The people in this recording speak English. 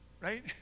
Right